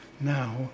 now